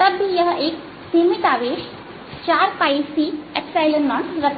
तब भी यह एक सीमित आवेश 4 C0 रखता है